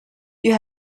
you